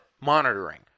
monitoring